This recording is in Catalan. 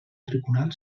tribunal